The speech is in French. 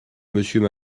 monsieur